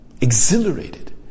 exhilarated